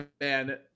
man